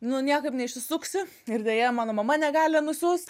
nu niekaip neišsisuksi ir deja mano mama negali nusiųst